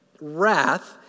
wrath